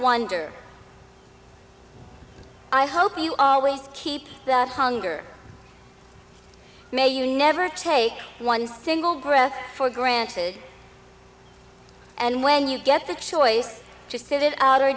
wonder i hope you always keep that hunger may you never take one single breath for granted and when you get the choice to sit it out or